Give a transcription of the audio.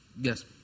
Yes